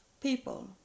people